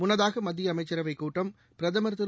முன்னதாக மத்திய அமைச்சரவைக் கூட்டம் பிரதம் திரு